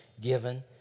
Given